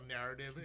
narrative